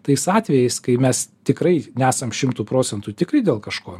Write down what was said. tais atvejais kai mes tikrai nesam šimtu procentų tikri dėl kažko